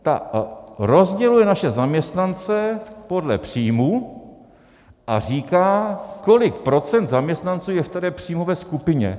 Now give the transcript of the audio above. Ta rozděluje naše zaměstnance podle příjmů a říká, kolik procent zaměstnanců je v které příjmové skupině.